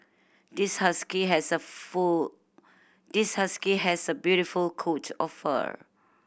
this husky has a full this husky has a beautiful coat of fur